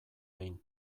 behin